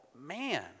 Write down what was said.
man